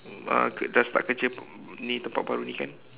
uh dah start kerja ini tempat baru ini kan